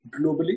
globally